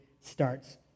starts